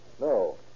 no